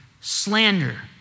slander